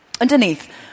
Underneath